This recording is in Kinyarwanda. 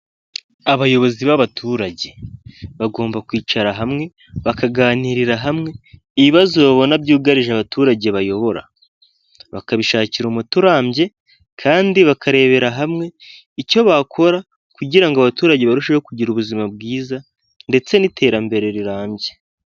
Abayobozi b'abaturage bagomba kwicara hamwe bakaganirira hamwe ibibazo babona byugarije abaturage bayobora bakabishakira umuti urambye, kandi bakarebera hamwe icyo bakora kugira ngo abaturage barusheho kugira ubuzima bwiza ndetse n'iterambere rirambye.